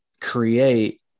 create